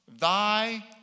thy